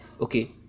Okay